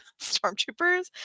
stormtroopers